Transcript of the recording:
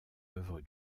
œuvre